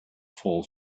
fall